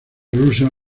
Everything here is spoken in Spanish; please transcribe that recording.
rusa